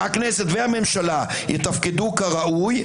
שהכנסת והממשלה יתפקדו כראוי,